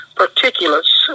particulates